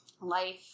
life